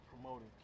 promoting